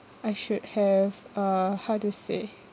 I should have uh how to say